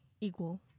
equal